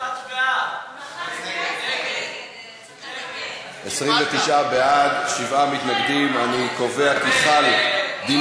הודעת ועדת הפנים והגנת הסביבה על רצונה להחיל דין